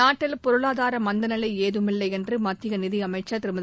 நாட்டில் பொருளாதார மந்தநிலை ஏதுமில்லை என்று மத்திய நிதியமைச்சர் திருமதி